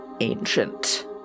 ancient